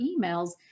emails